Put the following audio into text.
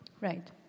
right